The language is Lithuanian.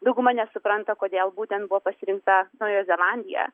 dauguma nesupranta kodėl būtent buvo pasirinkta naujoji zelandija